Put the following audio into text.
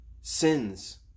sins